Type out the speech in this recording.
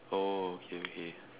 oh okay okay